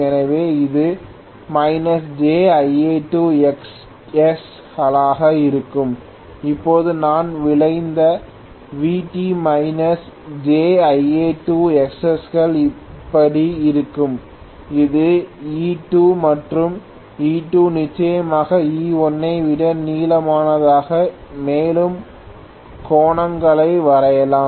எனவே இது -jIa2Xs களாக இருக்கும் இப்போது நான் விளைந்த Vt -jIa2Xs கள் இப்படி இருக்கும் இது E2 மற்றும் E2 நிச்சயமாக E1 ஐ விட நீளமானது மேலும் கோணங்களை வரையலாம்